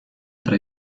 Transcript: tra